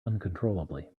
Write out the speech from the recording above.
uncontrollably